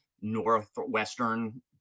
northwestern